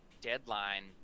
deadline